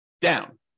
down